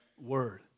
word